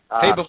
Hey